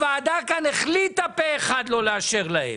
הוועדה כאן החליטה פה אחד לא לאשר להם.